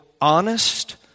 honest